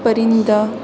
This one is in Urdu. پرندہ